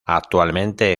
actualmente